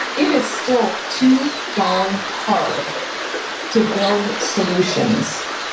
it is still too darn hard to build solutions.